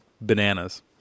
bananas